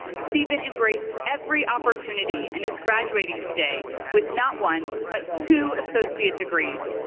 steven embraced every opportunity and is graduating today with not one, but two associate degrees.